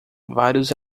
vários